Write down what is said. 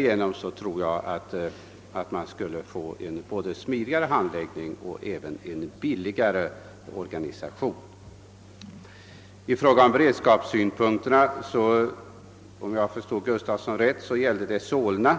Genom sex värnpliktskontor skulle man få både en smidigare handläggning av ärendena och en billigare organisation. I fråga om beredskapssynpunkten tänkte herr Gustafsson — om jag förstod honom rätt — på Solna